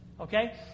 Okay